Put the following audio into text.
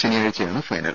ശനിയാഴ്ചയാണ് ഫൈനൽ